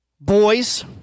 boys